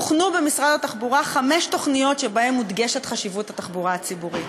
הוכנו במשרד התחבורה חמש תוכניות שבהן מודגשת חשיבות התחבורה הציבורית.